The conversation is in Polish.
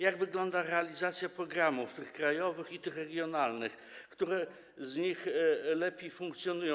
Jak wygląda realizacja programów, tych krajowych i tych regionalnych, które z nich lepiej funkcjonują?